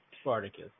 Spartacus